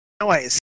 noise